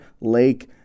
Lake